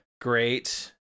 Great